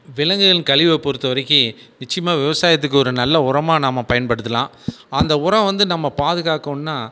விலங்குகளின் கழிவை பொறுத்தவரைக்கும் நிச்சயமாக விவசாயத்துக்கு ஒரு நல்ல உரமாக நம்ப பயன்படுத்தலாம் அந்த உரம் வந்து நம்ம பாதுகாக்கோணுன்னா